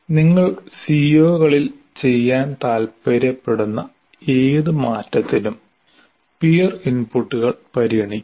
നിങ്ങൾ CO കളിൽ ചെയ്യാൻ താൽപ്പര്യപ്പെടുന്ന ഏത് മാറ്റത്തിനും പിയർ ഇൻപുട്ടുകൾ പരിഗണിക്കാം